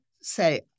say